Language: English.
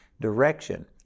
direction